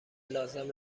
لازم